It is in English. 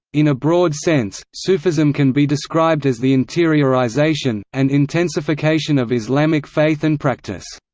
in a broad sense, sufism can be described as the interiorization, and intensification of islamic faith and practice.